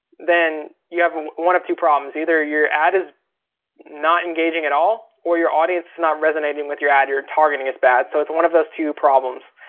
then you have one of two problems. either your ad is not engaging at all, or your audience is not resonating with your ad, your and targeting is bad. so it's one of those two problems.